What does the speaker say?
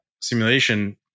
simulation